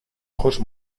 ojos